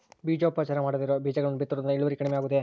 ಬೇಜೋಪಚಾರ ಮಾಡದೇ ಇರೋ ಬೇಜಗಳನ್ನು ಬಿತ್ತುವುದರಿಂದ ಇಳುವರಿ ಕಡಿಮೆ ಆಗುವುದೇ?